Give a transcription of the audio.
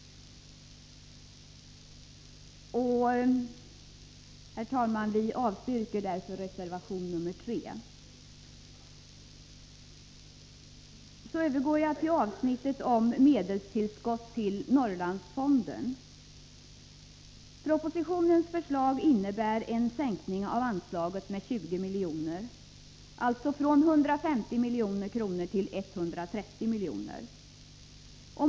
Jag yrkar därför avslag på reservation 3. Jag övergår så till avsnittet om Medelstillskott till Norrlandsfonden. Propositionens förslag innebär en sänkning av anslaget med 20 miljoner, alltså från 150 miljoner till 130 miljoner.